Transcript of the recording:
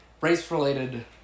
race-related